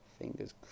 Fingers